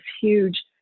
huge